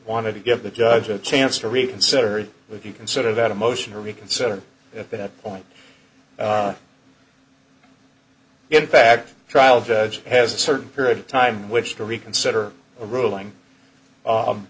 wanted to give the judge a chance to reconsider if you consider that a motion to reconsider at that point in fact trial judge has a certain period of time which to reconsider a ruling